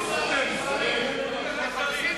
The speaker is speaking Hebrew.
תביאו שרים, שרים.